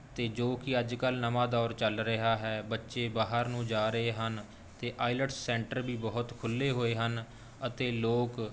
ਅਤੇ ਜੋ ਕਿ ਅੱਜ ਕੱਲ ਨਵਾਂ ਦੌਰ ਚੱਲ ਰਿਹਾ ਹੈ ਬੱਚੇ ਬਾਹਰ ਨੂੰ ਜਾ ਰਹੇ ਹਨ ਅਤੇ ਆਈਲੈਟਸ ਸੈਂਟਰ ਵੀ ਬਹੁਤ ਖੁੱਲ੍ਹੇ ਹੋਏ ਹਨ ਅਤੇ ਲੋਕ